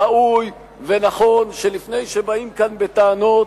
ראוי ונכון שלפני שבאים כאן בטענות,